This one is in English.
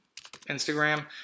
Instagram